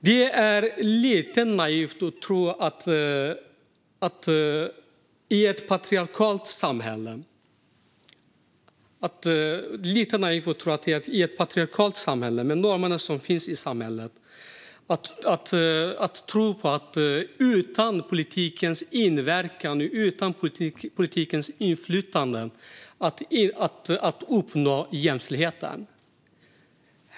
Det är lite naivt att tro att man i ett patriarkalt samhälle och med de normer som finns i samhället utan politikens inverkan och utan politikens inflytande ska kunna uppnå jämställdhet.